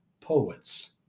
poets